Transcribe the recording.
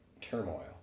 turmoil